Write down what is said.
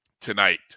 tonight